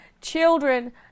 Children